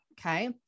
okay